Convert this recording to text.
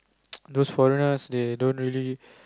those foreigners they don't really